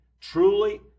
Truly